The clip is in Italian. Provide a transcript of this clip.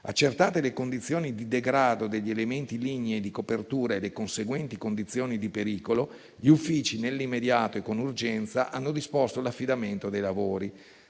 Accertate le condizioni di degrado degli elementi lignei e di copertura e le conseguenti condizioni di pericolo, gli uffici nell'immediato e con urgenza hanno disposto l'affidamento dei lavori.